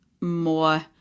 more